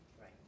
right